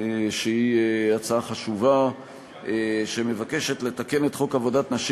שהיא הצעה חשובה שמבקשת לתקן את חוק עבודת נשים